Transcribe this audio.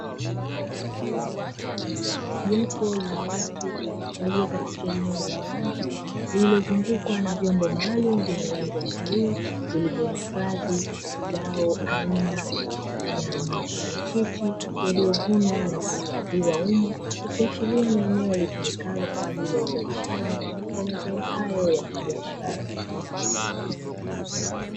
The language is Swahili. Jopo la watu walio katika eneo la wazi lililozungukwa na vyombo maalumu vyenye rangi ya bluu, vilivyohifadhi zao aina ya maparachichi yaliyovunwa na kuhifadhiwa humo, ikiashiria ni eneo litumikalo kwa ajili ya uzalishaji wa mazao hayo ya kibiashara.